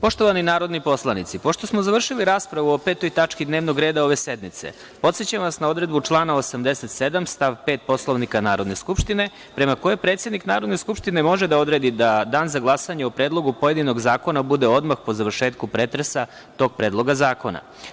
Poštovani narodni poslanici, pošto smo završili raspravu o petoj tački dnevnog reda ove sednice, podsećam vas na odredbu člana 87. stav 5. Poslovnika Narodne skupštine, prema kojoj predsednik Narodne skupštine može da odredi da dan za glasanje o predlogu pojedinog zakona bude odmah po završetku pretresa tog Predloga zakona.